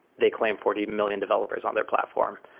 they claim forty million developers on their platform.